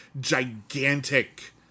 gigantic